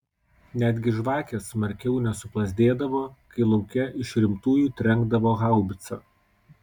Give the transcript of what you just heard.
netgi žvakės smarkiau nesuplazdėdavo kai lauke iš rimtųjų trenkdavo haubica